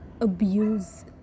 abuse